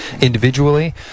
individually